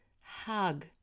Hug